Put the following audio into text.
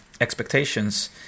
expectations